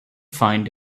find